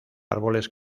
árboles